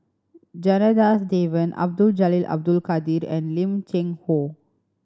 Janadas Devan Abdul Jalil Abdul Kadir and Lim Cheng Hoe